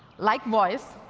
likewise,